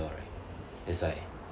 right that's why